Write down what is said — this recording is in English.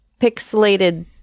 pixelated